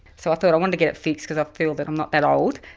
so i thought i wanted to get it fixed because i feel that i'm not that old,